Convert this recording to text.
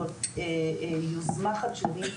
מדובר ביוזמה חדשנית,